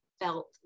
felt